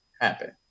happen